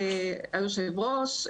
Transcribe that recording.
היושב-ראש,